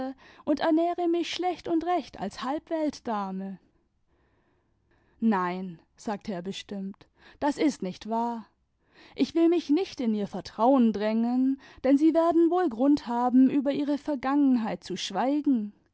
und ernähre mich schlecht und recht als halbweltdame neinl sagte er bestimmt das ist nicht wahr ich will mich nicht in ihr vertrauen drängen denn sie werden wohl grund haben über ihre vergangenheit zu schweigen